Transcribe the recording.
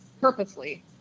purposely